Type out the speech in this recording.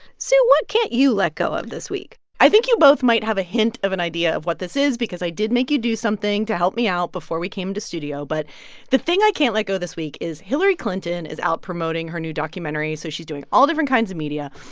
sue, what can't you let go of this week? i think you both might have a hint of an idea of what this is because i did make you do something to help me out before we came to studio. but the thing i can't let go this week is hillary clinton is out promoting her new documentary, so she's doing all different kinds of media.